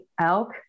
elk